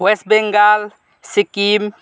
West Bengal Sikkim